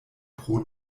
pro